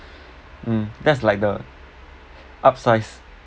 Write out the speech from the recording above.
mm that's like the upsize